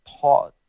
taught